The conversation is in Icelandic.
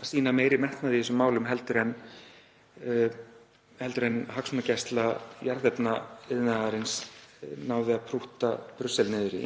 að sýna meiri metnað í þessum málum en hagsmunagæsla jarðefnaiðnaðarins náði að prútta Brussel niður í.